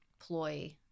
ploy